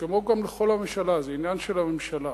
ולכל הממשלה, זה עניין של הממשלה,